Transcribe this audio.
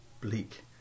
bleak